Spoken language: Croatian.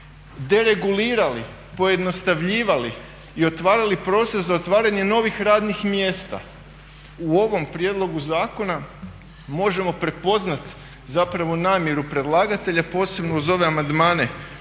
deregulirali, pojednostavljivali i otvarali prostor za otvaranje novih radnih mjesta. U ovom prijedlogu zakona možemo prepoznati namjeru predlagatelja, posebno uz ove amandmane